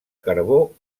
carbó